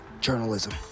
journalism